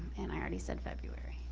and i already said february.